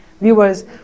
viewers